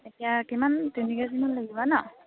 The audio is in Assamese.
এতিয়া কিমান তিনি কেজিমান লাগিব নহ্